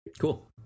cool